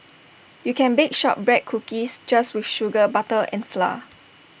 you can bake Shortbread Cookies just with sugar butter and flour